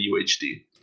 UHD